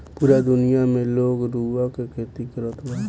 पूरा दुनिया में लोग रुआ के खेती करत बा